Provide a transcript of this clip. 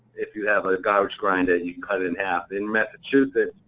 if you have a garbage grinder, you cut it in half. in massachusetts,